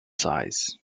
size